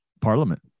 parliament